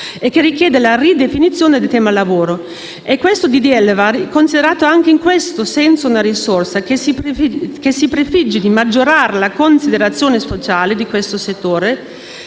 e che richiede la ridefinizione del tema lavoro. Il disegno di legge in esame va considerato anche in questo senso una risorsa che si prefigge di maggiorare la considerazione sociale del settore